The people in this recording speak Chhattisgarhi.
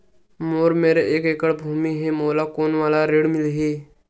मोर मेर एक एकड़ भुमि हे मोला कोन वाला ऋण मिलही?